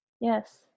yes